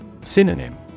Synonym